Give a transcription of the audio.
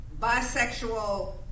bisexual